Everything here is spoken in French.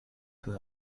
peu